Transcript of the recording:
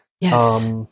Yes